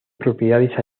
propiedades